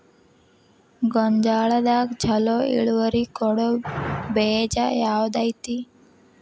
ಗೊಂಜಾಳದಾಗ ಛಲೋ ಇಳುವರಿ ಕೊಡೊ ಬೇಜ ಯಾವ್ದ್ ಐತಿ?